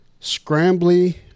scrambly